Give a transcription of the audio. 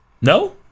No